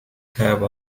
have